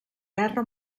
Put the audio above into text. guerra